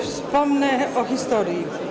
Wspomnę o historii.